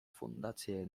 fundację